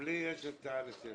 גם לי יש הצעה לסדר.